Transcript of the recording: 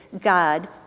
God